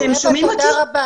אווה, תודה רבה.